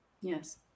Yes